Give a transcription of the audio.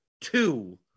two